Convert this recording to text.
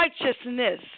righteousness